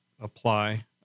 apply